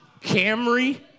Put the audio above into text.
Camry